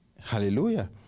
Hallelujah